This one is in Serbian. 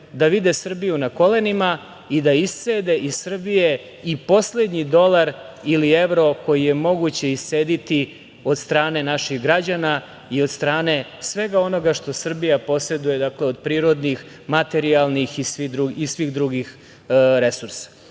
da vide Srbiju na kolenima i da iscede iz Srbije i poslednji dolar ili evro koji je moguće iscediti od strane naših građana i od strane svega onoga što Srbija poseduje od prirodnih, materijalnih i svih drugih resursa. Zato